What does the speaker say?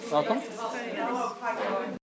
welcome